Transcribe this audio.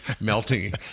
melting